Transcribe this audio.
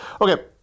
Okay